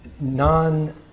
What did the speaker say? non